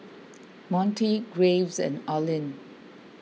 Montie Graves and Orlin